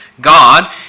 God